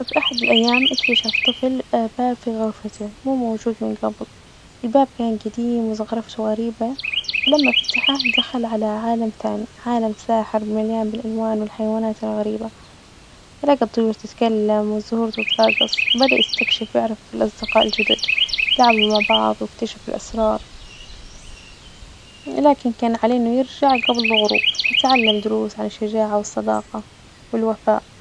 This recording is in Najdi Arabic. في أحد الأيام إكتشف طفل باب في غرفته مو موجود من جبل، الباب كان جديم وزخرفته غريبة، ولما فتحه دخل على عالم ثاني، عالم ساحر مليان بالألوان والحيوانات الغريبة، لجى الطيور تتكلم والزهور تتراجص، وبدأ يستكشف ويعرف الأصدقاء الجدد، يلعبوا مع بعض وإكتشفوا الأسرار، لكن كان عليه إنه يرجع جبل الغروب، فتعلم دروس عن الشجاعة والصداقة والوفاء.